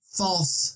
false